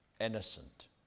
innocent